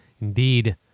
indeed